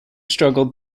struggled